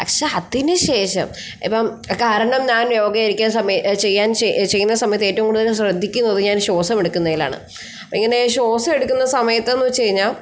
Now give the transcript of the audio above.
പക്ഷെ അതിന് ശേഷം ഇപ്പം കാരണം ഞാൻ യോഗ ഇരിക്കുന്ന സമയം ചെയ്യാൻ ചെയ്യുന്ന സമയത്ത് ഏറ്റവും കൂടുതൽ ശ്രദ്ധിക്കുന്നത് ഞാൻ ശ്വാസം എടുക്കുന്നതിലാണ് ഇങ്ങനെ ശ്വാസം എടുക്കുന്ന സമത്തെന്നു വച്ച് കഴിഞ്ഞാൽ